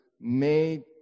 made